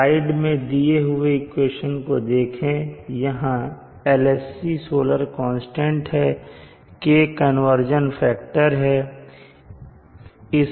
slide में दिए हुए इक्वेशन को देखें यहां LSC सोलर कांस्टेंट है और k कन्वर्जन फैक्टर है